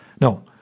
No